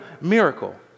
miracle